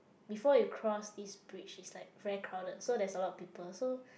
before you cross this bridge it's like very crowded so there is a lot of people so